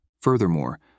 Furthermore